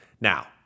Now